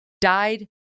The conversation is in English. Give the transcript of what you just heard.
died